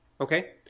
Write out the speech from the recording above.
Okay